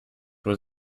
was